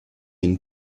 une